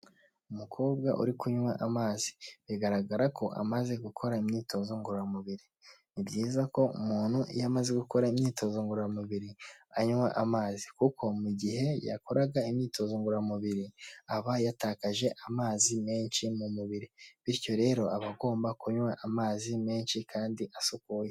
Umukobwa uri kunywa amazi bigaragara ko amaze gukora imyitozo ngororamubiri, ni byiza ko umuntu iyo amaze gukora imyitozo ngororamubiri, anywa amazi kuko mu gihe yakoraga imyitozo ngororamubiri aba yatakaje amazi menshi mu mubiri bityo rero aba agomba kunywa amazi menshi kandi asukuye.